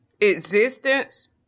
existence